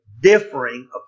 differing